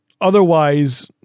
otherwise